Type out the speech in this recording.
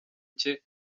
cye